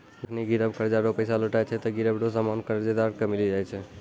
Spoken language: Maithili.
जखनि गिरब कर्जा रो पैसा लौटाय छै ते गिरब रो सामान कर्जदार के मिली जाय छै